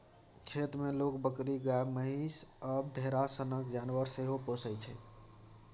खेत मे लोक बकरी, गाए, महीष आ भेरा सनक जानबर सेहो पोसय छै